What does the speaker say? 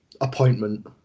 appointment